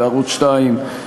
בערוץ 2,